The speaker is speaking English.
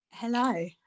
hello